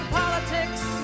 politics